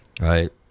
right